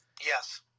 Yes